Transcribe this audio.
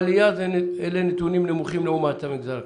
אלה נתונים נמוכים לעומת המגזר הכללי.